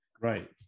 Right